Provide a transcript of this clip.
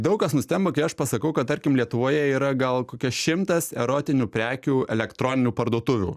daug kas nustemba kai aš pasakau kad tarkim lietuvoje yra gal kokia šimtas erotinių prekių elektroninių parduotuvių